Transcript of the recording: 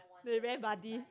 they very buddy